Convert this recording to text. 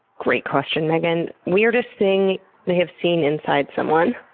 great question, meghan. weirdest thing they have seen inside someone?